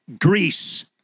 Greece